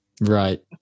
Right